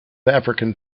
african